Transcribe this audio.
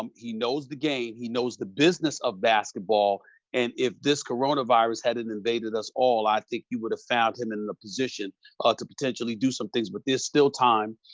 um he knows the game, he knows the business of basketball basketball and if this coronavirus hadn't invaded us all, i think you would've found him in the position ah to potentially do some things, but there's still time,